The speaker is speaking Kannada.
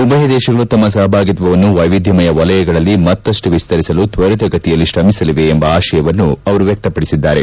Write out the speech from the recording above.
ಉಭಯ ದೇಶಗಳು ತಮ್ಮ ಸಹಭಾಗಿತ್ವವನ್ನು ವೈವಿಧ್ಯಮಯ ವಲಯಗಳಲ್ಲಿ ಮತ್ತಷ್ಟು ವಿಸ್ತರಿಸಲು ತ್ವರಿತಗತಿಯಲ್ಲಿ ಶ್ರಮಿಸಲಿವೆ ಎಂಬ ಆಶಯವನ್ನು ಅವರು ವ್ಯಕ್ತಪಡಿಸಿದ್ದಾರೆ